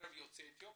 בקרב יוצאי אתיופיה,